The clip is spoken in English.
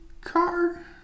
car